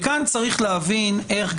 כאן צריך להבין איך,